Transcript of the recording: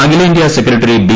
അഖിലേന്തൃ secretary B